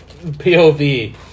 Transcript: POV